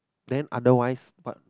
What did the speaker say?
then otherwise but